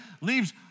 leaves